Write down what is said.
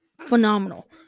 phenomenal